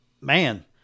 man